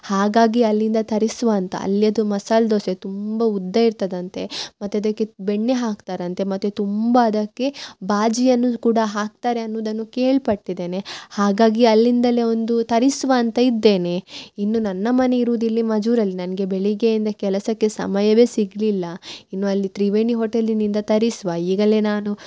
ಹಾಗಾಗಿ ಅಲ್ಲಿಂದ ತರಿಸುವ ಅಂತ ಅಲ್ಲಿಯದು ಮಸಾಲ ದೋಸೆ ತುಂಬ ಉದ್ದ ಇರ್ತದಂತೆ ಮತ್ತು ಅದಕ್ಕೆ ಬೆಣ್ಣೆ ಹಾಕ್ತರಂತೆ ಮತ್ತು ತುಂಬ ಅದಕ್ಕೆ ಬಾಜಿಯನ್ನು ಕೂಡ ಹಾಕ್ತರೆ ಅನ್ನೋದನ್ನು ಕೇಳ್ಪಟ್ಟಿದೇನೆ ಹಾಗಾಗಿ ಅಲ್ಲಿಂದಲೆ ಒಂದು ತರಿಸುವ ಅಂತ ಇದ್ದೇನೆ ಇನ್ನು ನನ್ನ ಮನೆ ಇರುವುದು ಇಲ್ಲಿ ಮಜೂರಲ್ಲಿ ನನಗೆ ಬೆಳಗ್ಗೆಯಿಂದ ಕೆಲಸಕ್ಕೆ ಸಮಯವೆ ಸಿಗಲಿಲ್ಲ ಇನ್ನು ಅಲ್ಲಿ ತ್ರಿವೇಣಿ ಹೊಟೇಲಿನಿಂದ ತರಿಸುವ ಈಗಲೆ ನಾನು